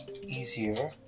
easier